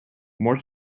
more